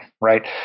right